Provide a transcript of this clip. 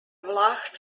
vlachs